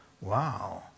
wow